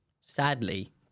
sadly